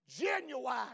Genuine